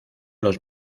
los